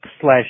slash